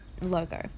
logo